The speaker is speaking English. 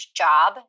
job